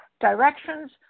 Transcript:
directions